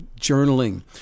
journaling